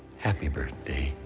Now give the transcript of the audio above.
happy birthday,